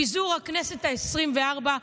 פיזור הכנסת העשרים-וארבע,